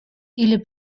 или